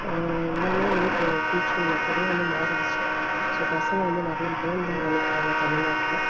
எல்லாமே வந்து இப்போ டீச்சிங் மெத்தேர்டே வந்து மாறிடுச்சு ஸோ பசங்க வந்து நெறைய லேர்ன்தான் பண்ணிக்கிறாங்க தமில் நாட்ல